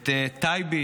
את טייבי,